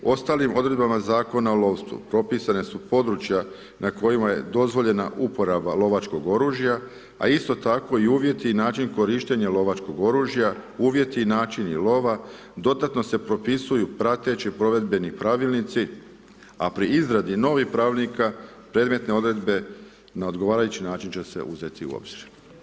Ostalim odredbama Zakona o lovstvu propisane su područja na kojima je dozvoljena uporaba lovačkog oružja, a isto tako i uvjeti i način korištenja lovačkog oružja, uvjeti i načini lova, dodatno se propisuju prateći provedbeni Pravilnici, a pri izradi novih Pravilnika predmetne odredbe na odgovarajući način će se uzeti u obzir.